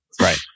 right